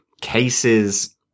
cases